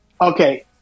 Okay